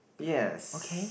yes